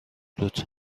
بود